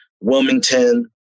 Wilmington